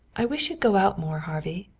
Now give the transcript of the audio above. i wish you'd go out more, harvey.